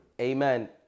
amen